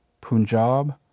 Punjab